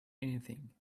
anything